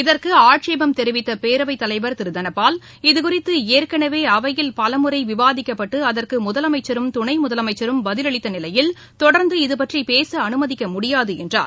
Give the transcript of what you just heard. இதற்கு ஆட்சேபம் தெரிவித்த பேரவைத் தலைவர் திரு ப தனபால் இதுகுறித்து ஏற்கனவே அவையில் பலமுறை விவாதிக்கப்பட்டு அதற்கு முதலமைச்சரும் துணை முதலமைச்சரும் பதிலளித்த நிலையில் தொடர்ந்து இதுபற்றி பேச அனுமதிக்க முடியாது என்றார்